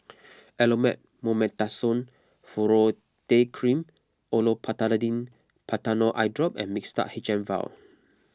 Elomet Mometasone Furoate Cream Olopatadine Patanol Eyedrop and Mixtard H M Vial